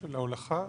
של ההולכה?